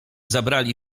zabrali